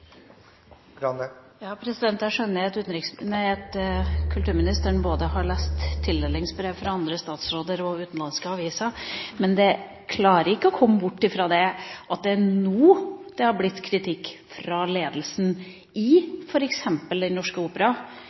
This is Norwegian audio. europeisk kulturtradisjon. Jeg skjønner at kulturministeren har lest både tildelingsbrevet fra andre statsråder og utenlandske aviser, men man klarer ikke å komme bort fra det at det er nå det har kommet kritikk fra ledelsen i f.eks. Den Norske Opera